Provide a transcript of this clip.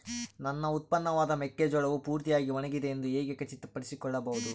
ನನ್ನ ಉತ್ಪನ್ನವಾದ ಮೆಕ್ಕೆಜೋಳವು ಪೂರ್ತಿಯಾಗಿ ಒಣಗಿದೆ ಎಂದು ಹೇಗೆ ಖಚಿತಪಡಿಸಿಕೊಳ್ಳಬಹುದು?